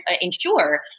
ensure